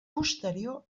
posterior